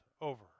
over